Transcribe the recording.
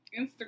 Instagram